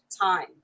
time